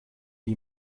wie